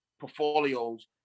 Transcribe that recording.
portfolios